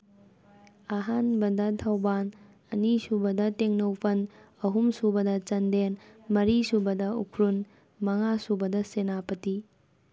ꯑꯍꯥꯟꯕꯗ ꯊꯧꯕꯥꯜ ꯑꯅꯤ ꯁꯨꯕꯗ ꯇꯦꯡꯅꯧꯄꯜ ꯑꯍꯨꯝ ꯁꯨꯕꯗ ꯆꯥꯟꯗꯦꯜ ꯃꯔꯤ ꯁꯨꯕꯗ ꯎꯈ꯭ꯔꯨꯜ ꯃꯉꯥ ꯁꯨꯕꯗ ꯁꯦꯅꯥꯄꯇꯤ